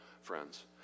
friends